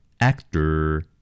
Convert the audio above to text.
actor